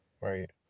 right